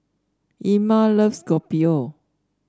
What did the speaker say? Irma loves Kopi O